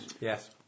Yes